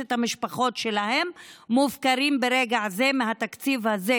את המשפחות שלהם מופקרים ברגע זה בתקציב הזה,